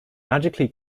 magically